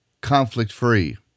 conflict-free